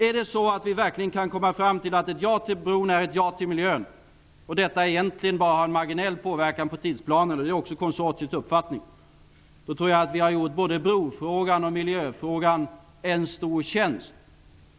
Är det så att vi verkligen kan komma fram till att ett ja till bron är ett ja till miljön -- detta har egentligen bara en marginell påverkan på tidsplanen, vilket också är konsortiets uppfattning -- så tror jag att vi har gjort både brofrågan och miljöfrågan en stor tjänst.